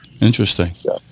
Interesting